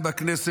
בכנסת,